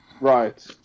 Right